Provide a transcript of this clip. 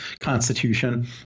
constitution